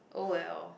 oh well